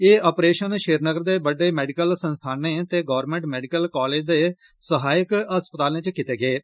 एह् आपरेशन श्रीनगर दे बड्डे मेडिकल संस्थानें ते गौरमेंट मेडिकल कालेज दे सहायक अस्पतालें च कीते गे न